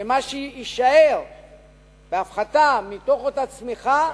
שמה שיישאר מההפחתה מתוך אותה צמיחה